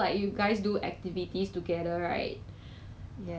yeah lor the smell damn bad eh I don't know is it worse or bad